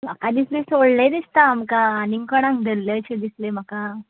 म्हाका दिसले सोडले दिसता आमकां आनी कोणाक धल्लेशें दिसले म्हाका